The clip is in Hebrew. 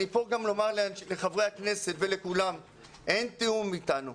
אני כאן גם לומר לחברי הכנסת ולכולם שאין תיאום אתנו.